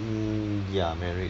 mm ya married